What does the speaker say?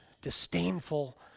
disdainful